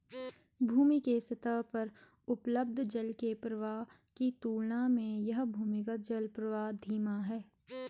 भूमि के सतह पर उपलब्ध जल के प्रवाह की तुलना में यह भूमिगत जलप्रवाह धीमा है